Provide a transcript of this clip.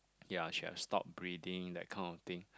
ya she had stopped breathing that kind of thing